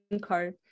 card